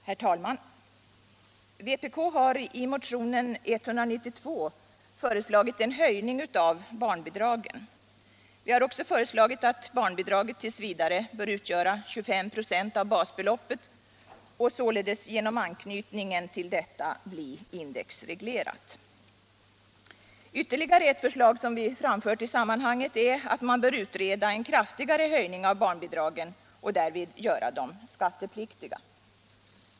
Herr talman! Vpk har i motionen 1976/77:192 föreslagit en höjning av barnbidragen. Vi har också föreslagit att barnbidraget t. v. skall utgöra 25 96 av basbeloppet och således genom anknytningen till detta bli indexreglerat. Ytterligare ett förslag som vi framfört i sammanhanget är att man skall utreda en kraftigare höjning av barnbidragen och därvid göra dem skattepliktiga.